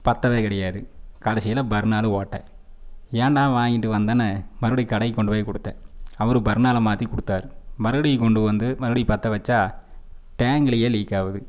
பற்றவே கிடையாது கடைசில பர்னர் ஓட்டை ஏன்டா வாங்கிட்டு வந்தோன்னு மறுபடி கடைக்கு கொண்டு போய் கொடுத்தேன் அவரு பர்னரை மாற்றி கொடுத்தாரு மறுபடி கொண்டு வந்து மறுபடி பற்ற வச்சா டேங்க்கிலையே லீக்காகுது